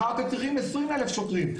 מחר אתם צריכים 20 אלף שוטרים.